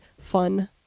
fun